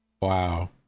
Wow